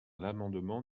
l’amendement